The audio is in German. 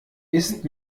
ist